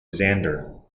xander